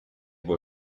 wohl